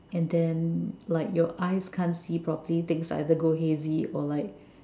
and then like your eyes can't see properly things either go hazy or like